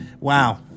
wow